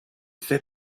fait